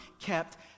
kept